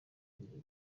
ibiri